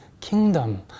kingdom